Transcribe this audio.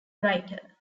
writer